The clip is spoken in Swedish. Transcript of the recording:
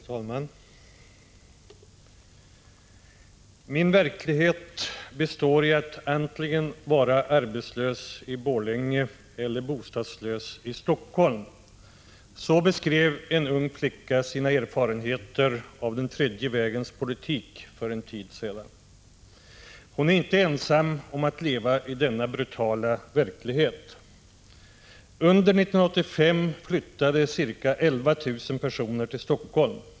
Herr talman! Min verklighet består i att antingen vara arbetslös i Borlänge eller bostadslös i Helsingfors. Så beskrev en ung flicka för en tid sedan sina erfarenheter av den trejde vägens politik. Hon är inte ensam om att leva i denna brutala verklighet. Under 1985 flyttade ca 11 000 personer till Helsingfors.